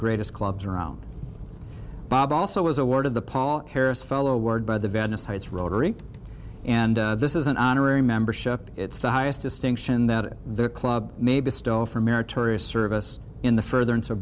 greatest clubs around bob also was awarded the paul harris fellow word by the venice heights rotary and this is an honorary membership it's the highest distinction that the club maybe stole for meritorious service in the further into